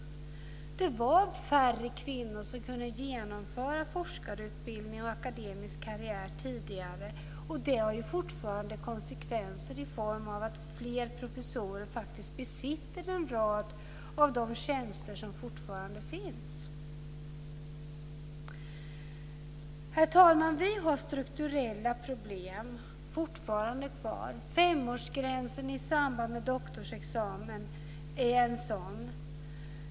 Det var färre kvinnor som kunde genomföra forskarutbildning och akademisk karriär tidigare. Det här får fortfarande konsekvenser eftersom flera av dem som tidigare blev professorer faktiskt besitter en rad av de tjänster som fortfarande finns. Herr talman! Vi har fortfarande kvar strukturella problem. Femårsgränsen i samband med doktorsexamen är ett sådant problem.